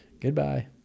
Goodbye